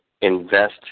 invest